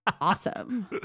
awesome